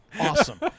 Awesome